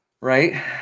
Right